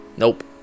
Nope